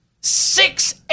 six